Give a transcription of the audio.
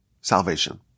salvation